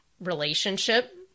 relationship